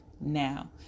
now